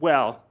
well